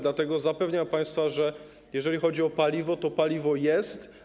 Dlatego zapewniam państwa, że jeżeli chodzi o paliwo, to to paliwo jest.